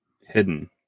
hidden